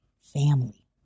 family